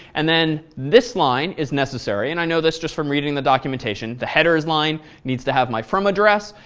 and then, this line is necessary. and i know this just from reading the documentation. the headers line needs to have my from address.